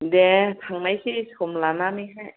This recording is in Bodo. दे थांनोसै सम लानानैहाय